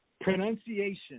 Pronunciation